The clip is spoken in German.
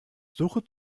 suche